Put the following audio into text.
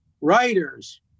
writers